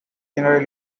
general